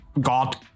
God